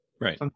Right